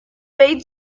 bade